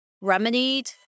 remedied